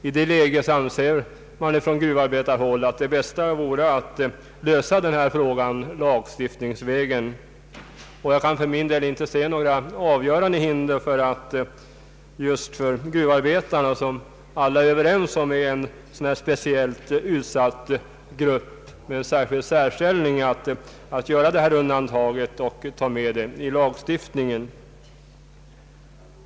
I det läget anses det från gruvarbetarhåll att det bästa vore att lösa frågan lagstiftningsvägen. Jag kan för min del inte se några avgörande hinder för att just gruvarbetarna, som alla är överens om är en speciellt utsatt grupp med en särställning, såsom ett undantag tas med i lagstiftningen.